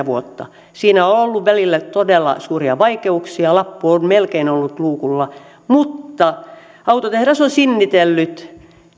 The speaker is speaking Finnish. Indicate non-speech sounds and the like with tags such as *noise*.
*unintelligible* vuotta siinä on on ollut välillä todella suuria vaikeuksia lappu on melkein ollut luukulla mutta autotehdas on sinnitellyt